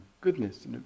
goodness